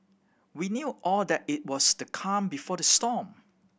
we knew all that it was the calm before the storm